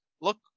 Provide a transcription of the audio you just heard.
look